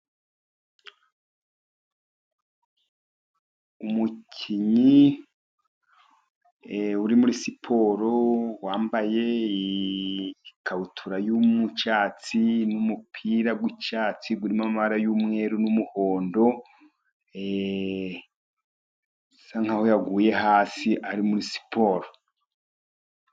Umukinnyi uri muri siporo, wambaye ikabutura y'icyatsi n'umupira w'icyatsi urimo amabara y'umweru n'umuhondo, usa nk'aho yaguye hasi ari muri siporo.